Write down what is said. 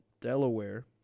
Delaware